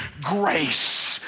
Grace